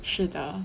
是的